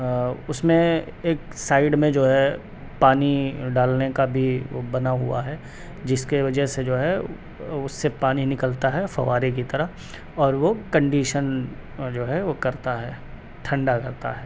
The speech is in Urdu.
اس میں ایک سائڈ میں جو ہے پانی ڈالنے کا بھی وہ بنا ہوا ہے جس کے وجہ سے جو ہے اس سے پانی نکلتا ہے فوارے کی طرح اور وہ کنڈیشن جو ہے وہ کرتا ہے ٹھنڈا کرتا ہے